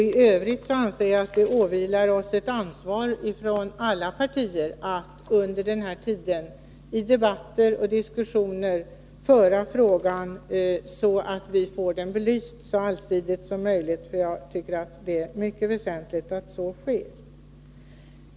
I övrigt anser jag att det åvilar oss från olika partier ett ansvar att under denna tid ta upp frågan i debatter och diskussioner, så att vi får den belyst så allsidigt som möjligt. Det är mycket väsentligt att så sker.